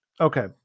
Okay